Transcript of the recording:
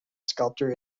sculptor